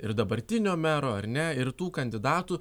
ir dabartinio mero ar ne ir tų kandidatų